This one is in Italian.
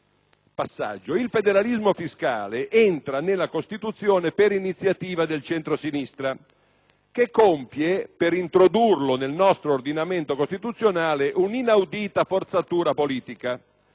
il federalismo fiscale entra nella Costituzione per iniziativa del centrosinistra, che per introdurlo nel nostro ordinamento costituzionale compie un'inaudita forzatura politica: